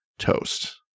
toast